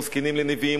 וזקנים לנביאים,